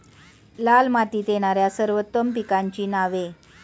लाल मातीत येणाऱ्या सर्वोत्तम पिकांची नावे?